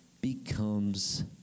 becomes